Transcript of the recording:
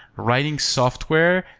writing software,